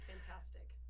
Fantastic